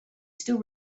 still